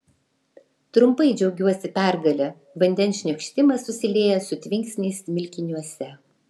trumpai džiaugiuosi pergale vandens šniokštimas susilieja su tvinksniais smilkiniuose